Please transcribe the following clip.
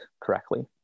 correctly